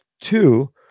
Two